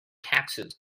taxes